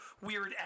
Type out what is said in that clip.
weird